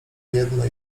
jedno